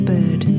Bird